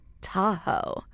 Tahoe